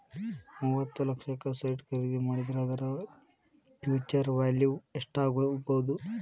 ಮೂವತ್ತ್ ಲಕ್ಷಕ್ಕ ಸೈಟ್ ಖರಿದಿ ಮಾಡಿದ್ರ ಅದರ ಫ್ಹ್ಯುಚರ್ ವ್ಯಾಲಿವ್ ಯೆಸ್ಟಾಗ್ಬೊದು?